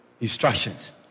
instructions